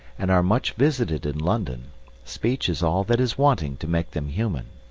and are much visited in london speech is all that is wanting to make them human.